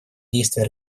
действий